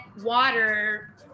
water